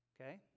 Okay